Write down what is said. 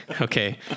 okay